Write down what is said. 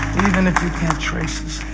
even if you can't trace